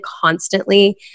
constantly